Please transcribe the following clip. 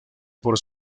por